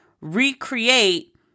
recreate